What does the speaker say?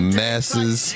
masses